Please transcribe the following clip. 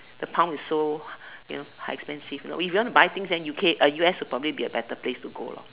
the pound is so you know are expensive you know if you want to buy things then U_K uh U_S would probably a better place to go loh